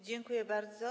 Dziękuję bardzo.